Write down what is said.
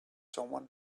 someone